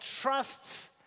trusts